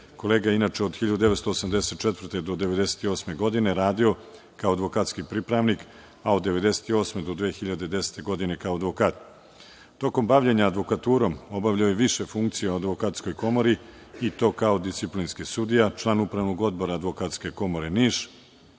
Kolega je inače od 1984. do 1998. godine radio kao advokatski pripravnik, a od 1998. do 2010. godine, kao advokat. Tokom bavljenja advokaturom obavljao je više funkcija u Advokatskoj komori i to kao disciplinski sudija, član Upravnog odbora Advokatske komore Niš,